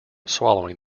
swallowing